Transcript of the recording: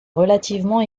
relativement